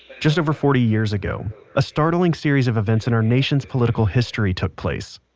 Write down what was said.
just over forty years ago a startling series of events in our nation's political history took place.